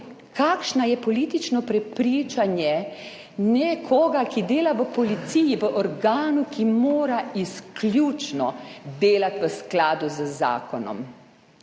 kakšna je politično prepričanje nekoga, ki dela v policiji, v organu, ki mora izključno delati v skladu z zakonom?